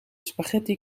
spaghetti